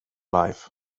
life